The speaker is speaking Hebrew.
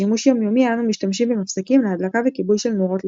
בשימוש יומיומי אנו משתמשים במפסקים להדלקה וכיבוי של נורות,